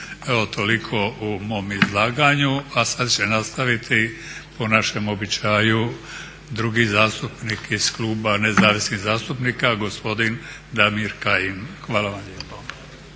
Evo toliko u mom izlaganju. A sad će nastaviti po našem običaju drugi zastupnik iz kluba Nezavisnih zastupnika gospodin Damir Kajin. Hvala vam lijepo.